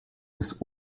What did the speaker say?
des